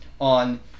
on